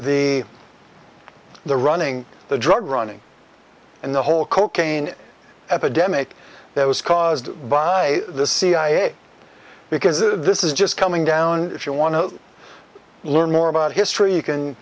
the the running the drug running and the whole cocaine epidemic that was caused by the cia because this is just coming down if you want to learn more about history you can